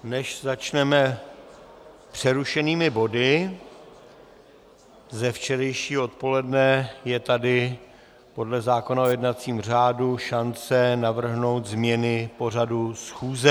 Než začneme přerušenými body ze včerejšího odpoledne, je tady podle zákona o jednacím řádu šance navrhnout změny pořadu schůze.